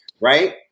right